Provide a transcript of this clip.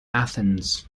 athens